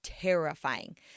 terrifying